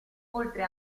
oltre